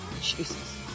Jesus